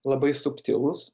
labai subtilūs